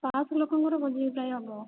ପାଞ୍ଚଶହ ଲୋକଙ୍କର ଭୋଜି ଗୋଟାଏ ହେବ